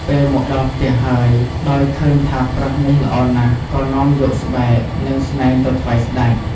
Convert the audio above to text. ពេលមកដល់ផ្ទះហើយ ដោយឃើញថាប្រើសនេះល្អណាស់ ក៏នាំយកស្បែក និងស្នែងទៅថ្វាយស្ដេច។